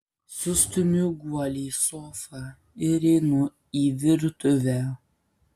sustumiu guolį į sofą ir einu į virtuvę